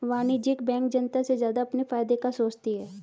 वाणिज्यिक बैंक जनता से ज्यादा अपने फायदे का सोचती है